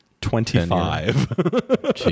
Twenty-five